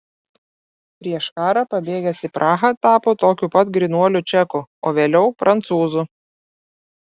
prieš karą pabėgęs į prahą tapo tokiu pat grynuoliu čeku o vėliau prancūzu